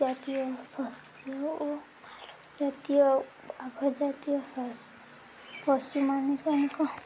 ଜାତୀୟ ଶସ୍ୟ ଓ ଜାତୀୟ ଆଗ ଜାତୀୟ ପଶୁମାନେ ତାଙ୍କ